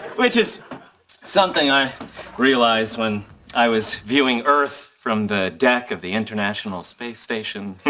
which is something i realized when i was viewing earth from the deck of the international space station,